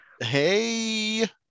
hey